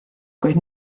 kuid